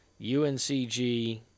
UNCG